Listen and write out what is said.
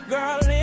Girl